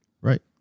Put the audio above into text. Right